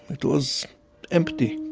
it was empty.